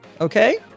Okay